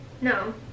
No